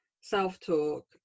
self-talk